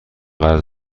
قرض